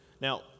Now